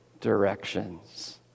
directions